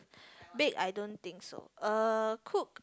bake I don't think so uh cook